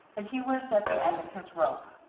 that he was at the end of his rope.